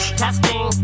testing